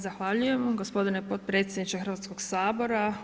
Zahvaljujem gospodine potpredsjedniče Hrvatskog sabora.